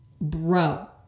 Bro